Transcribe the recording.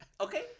okay